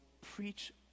preach